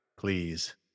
Please